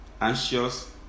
anxious